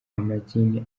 amagini